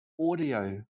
audio